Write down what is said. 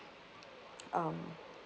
um